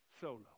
solo